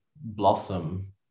blossom